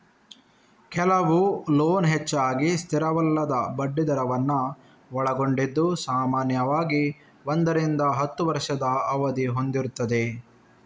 ಕೆಲವು ಲೋನ್ ಹೆಚ್ಚಾಗಿ ಸ್ಥಿರವಲ್ಲದ ಬಡ್ಡಿ ದರವನ್ನ ಒಳಗೊಂಡಿದ್ದು ಸಾಮಾನ್ಯವಾಗಿ ಒಂದರಿಂದ ಹತ್ತು ವರ್ಷದ ಅವಧಿ ಹೊಂದಿರ್ತದೆ